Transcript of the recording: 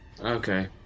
okay